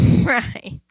right